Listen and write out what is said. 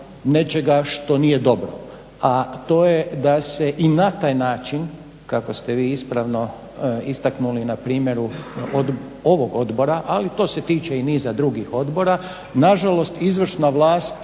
nečega što nije dobro, a to je da se i na taj način kako ste vi ispravno istaknuli na primjeru ovog odbora ali to se tiče i niza drugih odbora, nažalost izvršna vlast